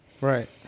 Right